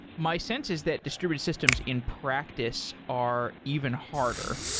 my sense is that distributed systems in practice are even harder.